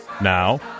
Now